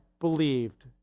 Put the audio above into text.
believed